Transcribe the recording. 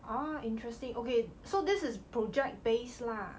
ah interesting okay so this is project based lah